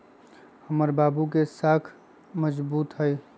हमर बाबू के साख मजगुत हइ